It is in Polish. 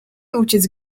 uciec